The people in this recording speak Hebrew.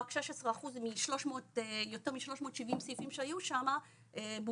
רק 16 אחוז מתוך יותר 370 סעיפים שהיו שם בוצעו.